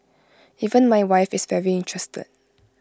even my wife is very interested